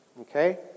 Okay